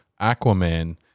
Aquaman